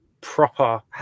proper